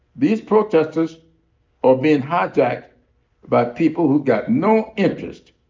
these protestors are being hijacked by people who've got no interest